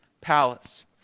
palace